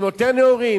שהם יותר נאורים,